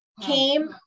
came